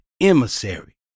emissary